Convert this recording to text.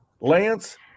Lance